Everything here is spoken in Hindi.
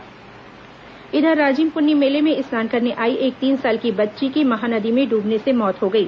महानदी बच्ची डूबी इधर राजिम पुन्नी मेले में स्नान करने आई एक तीन साल की बच्ची की महानदी में डूबने से मौत हो गई